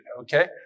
okay